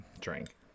drink